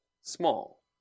Small